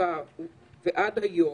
שהשב"כ עובד בעדו.